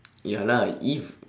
ya lah if